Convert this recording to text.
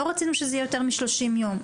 לא רצינו שזה יהיה יותר מ-30 יום.